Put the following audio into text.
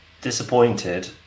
disappointed